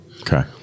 Okay